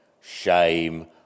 shame